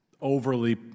overly